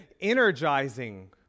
energizing